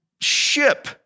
ship